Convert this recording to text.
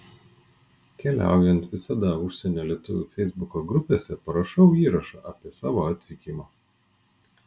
keliaujant visada užsienio lietuvių feisbuko grupėse parašau įrašą apie savo atvykimą